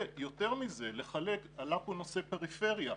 ויותר מזה, עלה פה נושא הפריפריה.